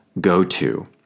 go-to